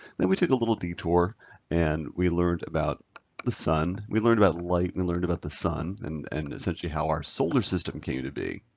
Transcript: then we took a little detour and we learned about the sun. we learned about light. we learned about the sun and and essentially how our solar system came to be.